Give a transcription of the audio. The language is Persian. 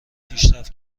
پیشرفت